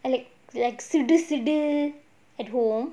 like like சிடு சிடு:sidu siidu at home